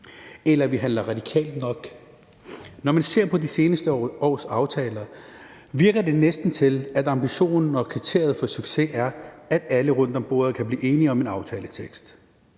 eller at vi handler radikalt nok. Når man ser på de seneste års aftaler, virker det næsten, som om ambitionen og kriteriet for succes er, at alle rundt om bordet kan blive enige om en aftaletekst.